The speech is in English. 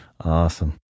Awesome